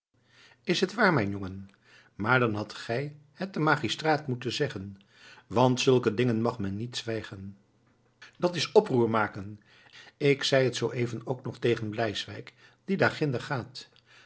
is het waar mijn jongen maar dan hadt gij het den magistraat moeten zeggen want zulke dingen mag men niet zwijgen dat is oproer maken ik zei het zoo even ook nog tegen bleiswijck die daar ginder gaat